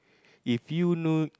if you know